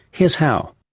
here's how.